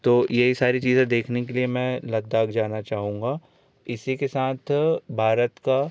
तो यही सारी चीज़ें देखने के लिए मैं लद्दाख जाना चाहूँगा इसी के साथ भारत का